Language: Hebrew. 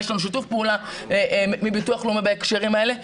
יש לנו שיתוף פעולה מביטוח לאומי בהקשרים האלה,